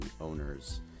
owners